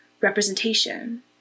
representation